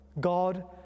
God